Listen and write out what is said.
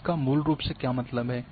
इसका मूल रूप से क्या मतलब है